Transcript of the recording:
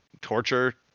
torture